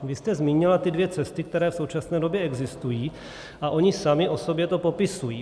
Vy jste zmínila ty dvě cesty, které v současné době existují, a ony sami o sobě to popisují.